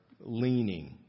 leaning